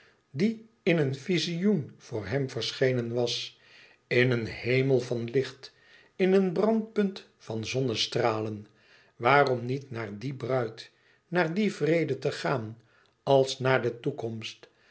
die in een vizioen voor hem verschenen was in een hemel van licht in een brandpunt van zonnestralen waarom niet naar die bruid naar die vrede te gaan als naar de toekomst